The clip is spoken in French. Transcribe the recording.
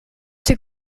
ces